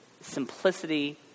simplicity